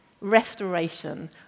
Restoration